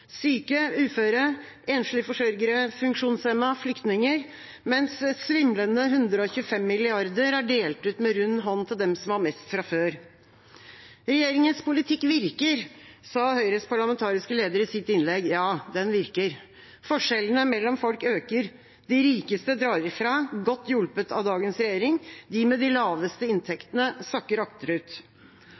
syke, uføre, enslige forsørgere, funksjonshemmede, flyktninger – mens svimlende 125 mrd. kr er delt ut med rund hånd til dem som har mest fra før. Regjeringas politikk virker, sa Høyres parlamentariske leder i sitt innlegg. Ja, den virker: Forskjellene mellom folk øker. De rikeste drar ifra, godt hjulpet av dagens regjering. De med de laveste inntektene sakker akterut.